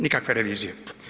Nikakve revizije.